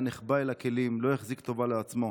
היה נחבא אל הכלים, לא החזיק טובה לעצמו.